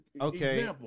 Okay